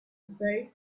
very